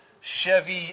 Chevy